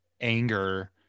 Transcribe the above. anger